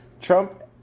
Trump